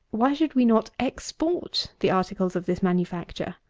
why should we not export the articles of this manufacture?